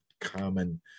common